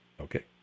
Okay